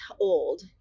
old